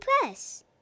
Press